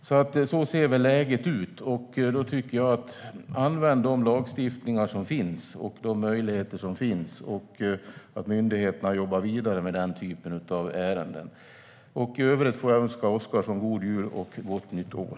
Så ser läget ut, och då tycker jag att man ska använda de lagar och möjligheter som finns och att myndigheterna ska jobba vidare med den typen av ärenden. I övrigt får jag önska Oscarsson en god jul och ett gott nytt år.